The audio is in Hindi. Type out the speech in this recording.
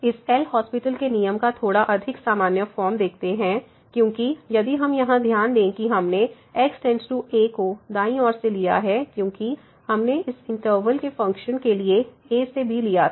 इस एल हास्पिटल LHospital के नियम का थोड़ा अधिक सामान्य फॉर्म है क्योंकि यदि हम यहां ध्यान दें कि हमने x→a को दाईं ओर से लिया है क्योंकि हमने इस इंटरवल के फ़ंक्शन के लिए a से b लिया था